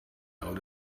out